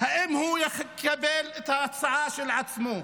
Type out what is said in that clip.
האם הוא יקבל את ההצעה של עצמו.